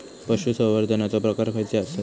पशुसंवर्धनाचे प्रकार खयचे आसत?